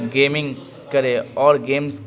gaming کرے اور games